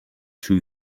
two